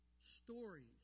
stories